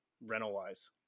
rental-wise